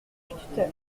tuteur